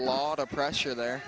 a lot of pressure there